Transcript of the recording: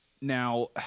Now